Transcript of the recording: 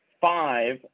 five